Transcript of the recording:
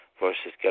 versus